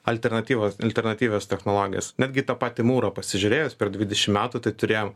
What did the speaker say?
alternatyva alternatyvios technologijas netgi tą patį mūrą pasižiūrėjus per dvidešim metų tai turėjom